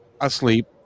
asleep